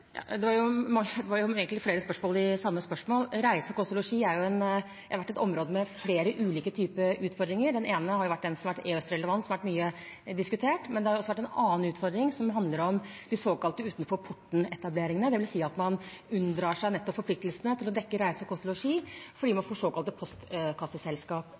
var egentlig flere spørsmål i samme spørsmål. Reise, kost og losji har vært et område med flere ulike typer utfordringer. Den ene er den som har vært EØS-relevant, som har vært mye diskutert, men det har også vært en annen utfordring, som handler om de såkalte utenfor-porten-etableringene, dvs. at man unndrar seg nettopp forpliktelsene til å dekke reise, kost og losji, fordi man får såkalte postkasseselskap.